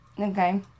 Okay